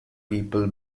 people